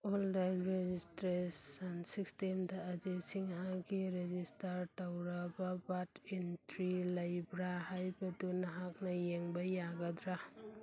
online registration ꯁꯤꯁꯇꯦꯝꯗ ꯑꯖꯦ ꯁꯤꯡꯍꯥꯒꯤ ꯔꯦꯖꯤꯁꯇꯥꯔ ꯇꯧꯔꯕ ꯕꯥꯔꯗ ꯏꯟꯇ꯭ꯔꯤ ꯂꯩꯕ꯭ꯔꯥ ꯍꯥꯏꯕꯗꯨ ꯅꯍꯥꯛꯅ ꯌꯦꯡꯕ ꯌꯥꯒꯗ꯭ꯔꯥ